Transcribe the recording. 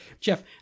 Jeff